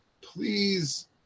please